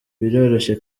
biroroshye